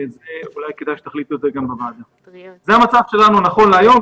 זה המצב שלנו נכון להיום,